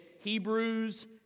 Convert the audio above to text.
Hebrews